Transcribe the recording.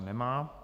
Nemá.